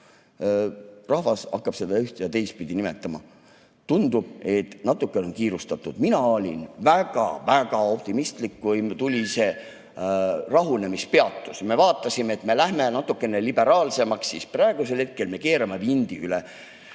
Rahvas hakkab seda ühte- ja teistpidi nimetama. Tundub, et natukene on kiirustatud. Mina olin väga-väga optimistlik, kui tuli rahunemispeatus. Me vaatasime, et me lähme natuke liberaalsemaks, aga praegusel hetkel me keerame vindi üle.